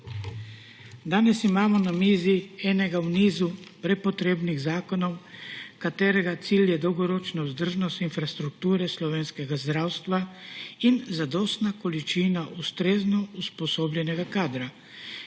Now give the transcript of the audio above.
Danes imam na mizi enega v nizu prepotrebnih zakonov, katerega cilj je dolgoročna vzdržnost infrastrukture slovenskega zdravstva in zadostna količina ustrezno usposobljenega kadra,